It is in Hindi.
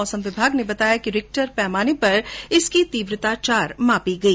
मौसम विभाग ने बताया कि रिक्टर पैमाने पर इसकी तीव्रता चार मापी गई